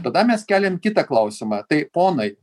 tada mes keliam kitą klausimą tai ponai